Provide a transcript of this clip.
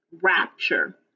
rapture